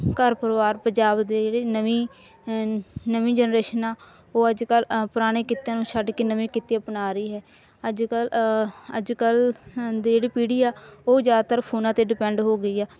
ਘਰ ਪਰਿਵਾਰ ਪੰਜਾਬ ਦੇ ਜਿਹੜੇ ਨਵੀਂ ਨਵੀਂ ਜਨਰੇਸ਼ਨ ਆ ਉਹ ਅੱਜ ਕੱਲ ਅ ਪੁਰਾਣੇ ਕਿੱਤਿਆਂ ਨੂੰ ਛੱਡ ਕੇ ਨਵੇਂ ਕਿੱਤੇ ਅਪਣਾ ਰਹੀ ਹੈ ਅੱਜ ਕੱਲ ਅੱਜ ਕੱਲ ਦੇ ਜਿਹੜੇ ਪੀੜੀ ਆ ਉਹ ਜ਼ਿਆਦਾਤਰ ਫੋਨਾਂ 'ਤੇ ਡਿਪੈਂਡ ਹੋ ਗਈ ਆ